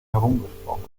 herumgesprochen